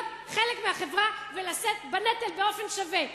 להיות חלק מהחברה ולשאת בנטל באופן שווה.